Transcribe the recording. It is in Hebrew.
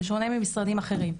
בשונה ממשרדים אחרים.